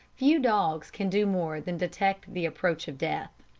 few dogs can do more than detect the approach of death.